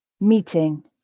meeting